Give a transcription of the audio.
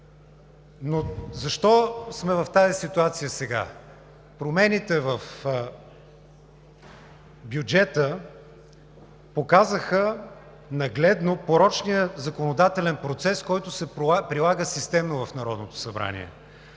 Защо сме в тази ситуация сега? Промените в бюджета показаха нагледно порочния законодателен процес, който се прилага системно в Народното събрание.